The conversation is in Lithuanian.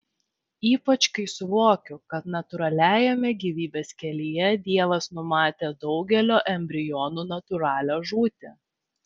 ypač kai suvokiu kad natūraliajame gyvybės kelyje dievas numatė daugelio embrionų natūralią žūtį